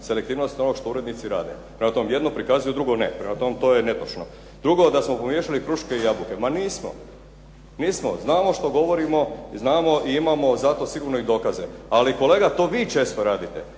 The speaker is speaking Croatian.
Selektivnosti onoga što urednici rade. Prema tome jedno prikazuju drugo ne. Prema tome to je netočno. Drugo, da smo pomiješali kruške i jabuke. Ma nismo, nismo, znamo što govorimo i imamo za to sigurno i dokaze, ali kolega to vi često radite